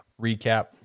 Recap